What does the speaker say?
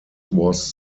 was